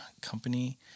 company